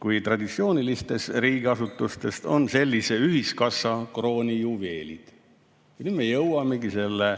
kui traditsioonilistes riigiasutustes, on sellise ühiskassa kroonijuveelid. Ja nüüd me jõuamegi selle